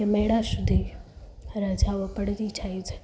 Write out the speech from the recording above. ને મેળા સુધી રજાઓ પડી જાય છે